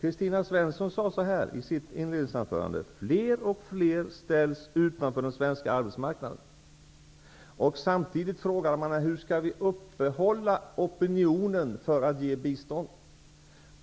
Kristina Svensson sade i sitt inledningsanförande att fler och fler ställs utanför den svenska arbetsmarknaden. Samtidigt frågar hon mig hur opinionen skall upprätthållas för att ge bistånd.